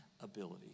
ability